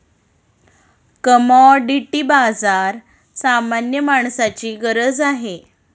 commodity बाजार सामान्य माणसाची गरज आहे